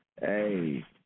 hey